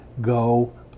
Go